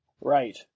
Right